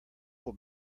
will